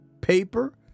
paper